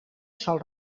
sols